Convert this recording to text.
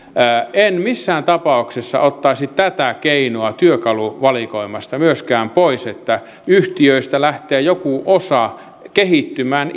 en missään tapauksessa ottaisi tätä keinoa työkaluvalikoimasta myöskään pois että yhtiöistä lähtee jokin osa kehittymään